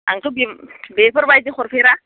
आंथ' बि बेफोरबादि हरफेरा